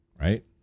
right